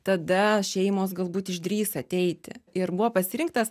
tada šeimos galbūt išdrįs ateiti ir buvo pasirinktas